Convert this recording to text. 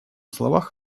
словах